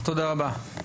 תודה רבה.